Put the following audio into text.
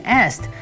asked